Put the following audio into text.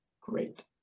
Great